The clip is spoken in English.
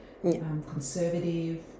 conservative